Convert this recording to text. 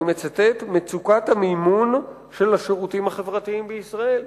אני מצטט: מצוקת המימון של השירותים החברתיים בישראל.